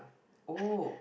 oh